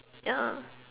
ya